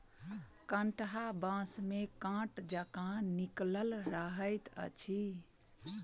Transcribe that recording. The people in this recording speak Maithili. कंटहा बाँस मे काँट जकाँ निकलल रहैत अछि